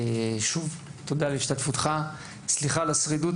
שוב תודה על השתתפותך וסליחה על הצרידות,